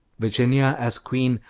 virginia as queen,